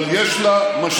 אבל יש לה משמעות נוספת,